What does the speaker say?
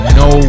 no